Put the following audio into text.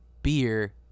beer